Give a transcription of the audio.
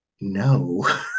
No